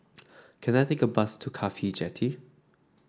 can I take a bus to CAFHI Jetty